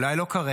אולי לא כרגע,